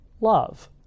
love